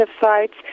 sites